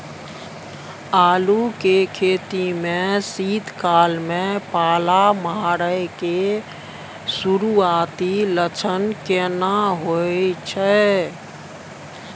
आलू के खेती में शीत काल में पाला मारै के सुरूआती लक्षण केना होय छै?